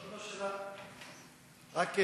רק,